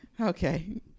Okay